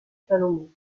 salomon